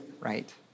right